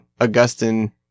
Augustine